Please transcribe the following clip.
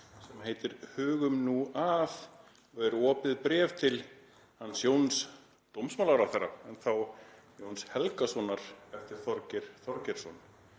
sem heitir „Hugum nú að“ og er opið bréf til Jóns dómsmálaráðherra, en þá Jóns Helgasonar, eftir Þorgeir Þorgeirsson,